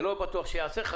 זה לא בטוח שייעשה.